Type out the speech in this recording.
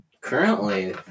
Currently